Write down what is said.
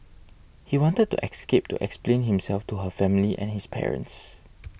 he wanted to escape to explain himself to her family and his parents